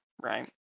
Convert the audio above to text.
right